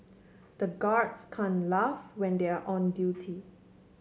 the guards can laugh when they are on duty